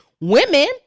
Women